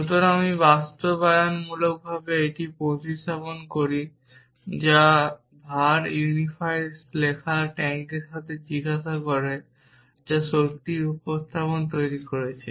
সুতরাং আমি বাস্তবায়নমূলকভাবে একটি প্রতিস্থাপন তৈরি করি যা var ইউনিফাই লেখার টাস্কের সাথে জিজ্ঞাসা করে যা সত্যিই প্রতিস্থাপন তৈরি করছে